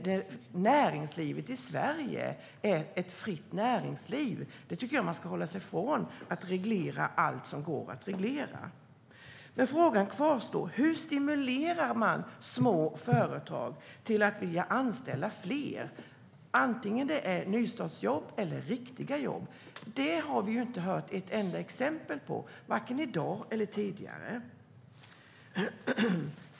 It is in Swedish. Men näringslivet i Sverige är ett fritt näringsliv, och jag tycker att man ska hålla sig ifrån att reglera allt som går att reglera. Frågan kvarstår: Hur stimulerar man små företag att vilja anställa fler oavsett om det handlar om nystartsjobb eller riktiga jobb? Det har vi inte hört ett enda exempel på vare sig i dag eller tidigare.